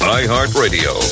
iHeartRadio